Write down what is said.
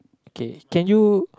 okay can you